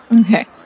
Okay